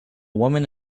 woman